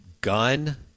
gun